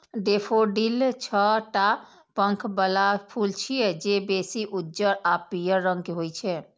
daffodil छह टा पंख बला फूल छियै, जे बेसी उज्जर आ पीयर रंग के होइ छै